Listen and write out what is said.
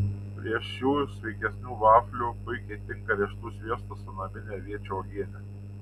prieš šių sveikesnių vaflių puikiai tinka riešutų sviestas su namine aviečių uogiene